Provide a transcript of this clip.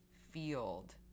field